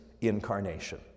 incarnation